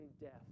death